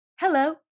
Hello